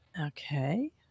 Okay